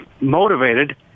motivated